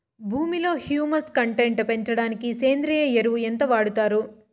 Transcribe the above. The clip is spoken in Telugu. భూమిలో హ్యూమస్ కంటెంట్ పెంచడానికి సేంద్రియ ఎరువు ఎంత వాడుతారు